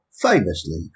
famously